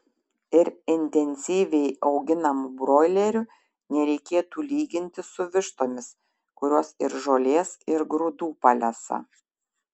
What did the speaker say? ir intensyviai auginamų broilerių nereikėtų lyginti su vištomis kurios ir žolės ir grūdų palesa